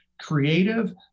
creative